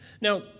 Now